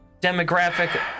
demographic